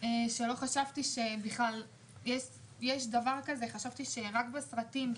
שלא חשבתי שיכול להיות דבר כזה, חשבתי שרק בסרטים.